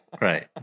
Right